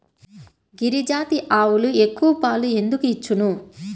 గిరిజాతి ఆవులు ఎక్కువ పాలు ఎందుకు ఇచ్చును?